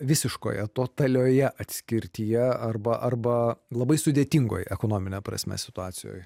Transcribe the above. visiškoje totalioje atskirtyje arba arba labai sudėtingoje ekonomine prasme situacijoje